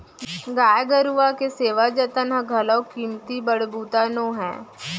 गाय गरूवा के सेवा जतन ह घलौ कमती बड़ बूता नो हय